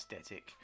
aesthetic